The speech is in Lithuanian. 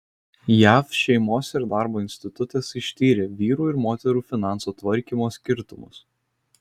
jav šeimos ir darbo institutas ištyrė vyrų ir moterų finansų tvarkymo skirtumus